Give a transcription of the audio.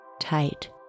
Tight